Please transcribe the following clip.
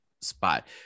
spot